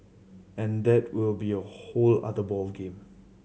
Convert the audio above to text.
and that will be a whole other ball game